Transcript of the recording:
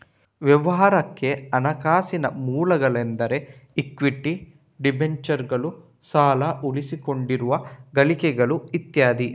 ವ್ಯವಹಾರಕ್ಕೆ ಹಣಕಾಸಿನ ಮೂಲಗಳೆಂದರೆ ಇಕ್ವಿಟಿ, ಡಿಬೆಂಚರುಗಳು, ಸಾಲ, ಉಳಿಸಿಕೊಂಡಿರುವ ಗಳಿಕೆಗಳು ಇತ್ಯಾದಿ